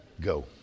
Go